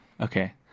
Okay